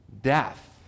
death